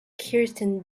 kirsten